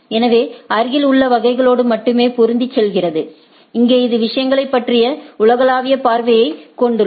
எனவே அருகில் உள்ள வகைகளோடு மட்டுமே பொருந்திச் செல்கிறது இங்கே இது விஷயங்களைப் பற்றிய உலகளாவிய பார்வையை கொண்டுள்ளது